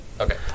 okay